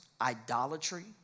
idolatry